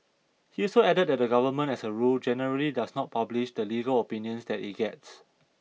he also added that the government as a rule generally does not publish the legal opinions that it gets